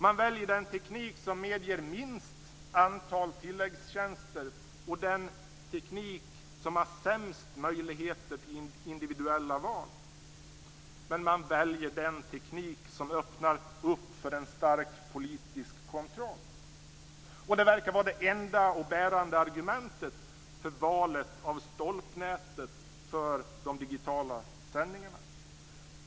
Man väljer den teknik som medger minst antal tilläggstjänster och den teknik som har sämst möjligheter till individuella val. Men man väljer den teknik som öppnar för en stark politisk kontroll. Det verkar vara det enda och bärande argumentet för valet av stolpnätet för de digitala sändningarna.